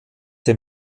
der